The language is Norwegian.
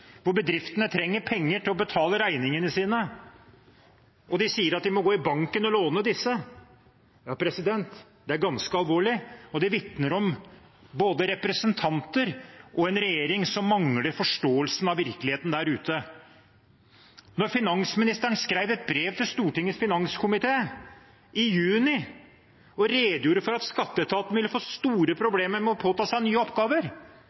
bedriftene trenger penger til å betale regningene sine og de sier at de må gå i banken og låne disse. Det er ganske alvorlig, og det vitner om både representanter og en regjering som mangler forståelse av virkeligheten der ute. Finansministeren skrev et brev til Stortingets finanskomité i juni og redegjorde for at skatteetaten ville få store problemer med å påta seg nye oppgaver,